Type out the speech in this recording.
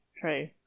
true